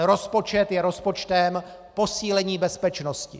Rozpočet je rozpočtem posílení bezpečnosti.